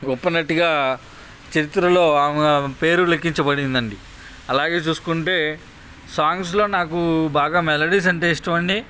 గొప్పనటిగా చరిత్రలో ఆమే పేరు లిఖించచబడిందండి అలాగే చూసుకుంటే సాంగ్స్లో నాకు బాగా మెలోడీస్ అంటే ఇష్టం అండి